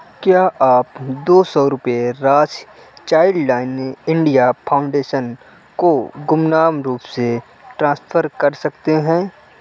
क्या आप दो सौ रुपए राशि चाइल्डलाइन इंडिया फाउंडेशन को गुमनाम रूप से ट्रांसफर कर सकते हैं